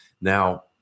now